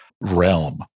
realm